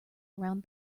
around